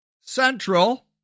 central